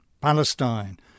Palestine